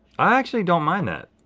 i actually don't mind that.